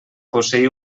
posseir